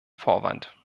vorwand